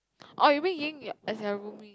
orh you mean ying as in your roomie